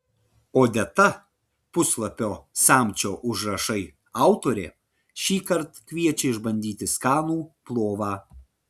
odeta puslapio samčio užrašai autorė šįkart kviečia išbandyti skanų plovą